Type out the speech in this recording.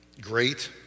great